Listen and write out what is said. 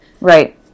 Right